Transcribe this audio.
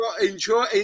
enjoy